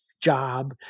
job